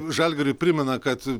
žalgiriui primena kad